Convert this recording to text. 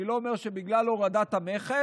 אני לא אומר שזה בגלל הורדת המכס,